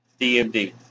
DMD